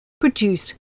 produced